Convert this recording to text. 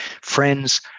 Friends